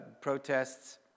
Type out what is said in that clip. protests